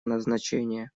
назначения